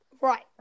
Right